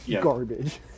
garbage